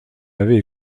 m’avait